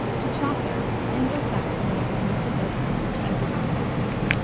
to chaucer anglo-saxon was as much a dead language as it is to us.